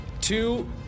two